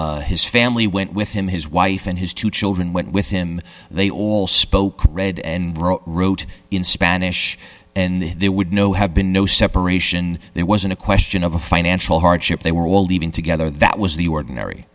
mexico his family went with him his wife and his two children went with him they all spoke read and wrote in spanish and they would know have been no separation there wasn't a question of a financial hardship they were all living together that was the ordinary